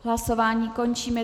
Hlasování končím.